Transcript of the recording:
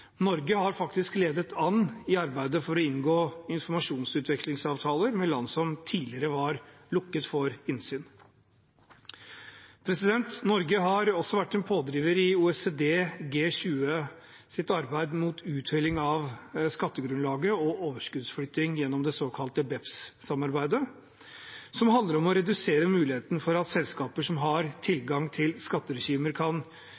Norge har faktisk ledet an i arbeidet for å inngå informasjonsutvekslingsavtaler med land som tidligere var lukket for innsyn. Norge har også vært en pådriver i OECD/G20s arbeid mot uthuling av skattegrunnlaget og overskuddsflytting gjennom det såkalte BEPS-samarbeidet, som handler om å redusere muligheten for at selskaper som har